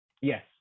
Yes